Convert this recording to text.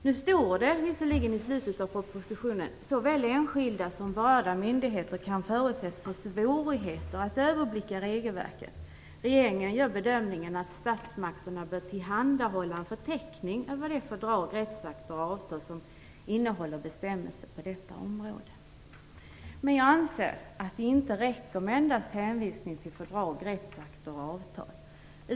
Nu står visserligen i slutet på propositionen att såväl enskilda som berörda myndigheter kan förutses få svårigheter att överblicka regelverket. Regeringen gör bedömningen att statsmakterna bör tillhandahålla en förteckning över de fördrag, rättsakter och avtal som innehåller bestämmelser på detta område. Men jag anser att det inte räcker med endast hänvisning till fördrag, rättsakter och avtal.